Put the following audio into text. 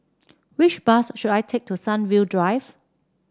which bus should I take to Sunview Drive